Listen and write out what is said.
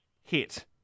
hit